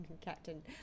captain